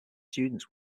students